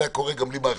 כמות